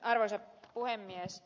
arvoisa puhemies